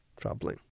troubling